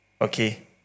okay